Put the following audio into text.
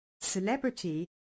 celebrity